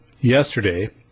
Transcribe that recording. yesterday